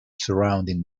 surrounding